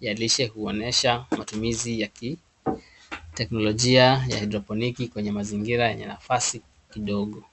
ya lishe huonyesha matumizi ya kiteknolojia ya haidroponiki kwenye mazingira yenye nafasi kidogo.